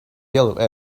yellow